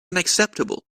unacceptable